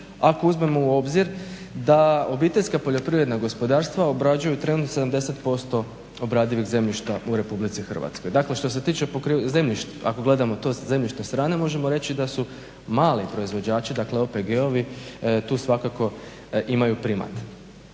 ako uzmemo u obzir da OPG obrađuju trend od 70% obradivih zemljišta u Republici Hrvatskoj. Dakle, što se tiče zemljišta, ako gledamo to sa zemljišne strane, možemo reći da su mali proizvođači, dakle OPG tu svakako imaju primat.